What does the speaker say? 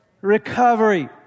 recovery